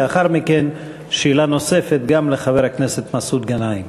לאחר מכן, שאלה נוספת גם לחבר הכנסת מסעוד גנאים.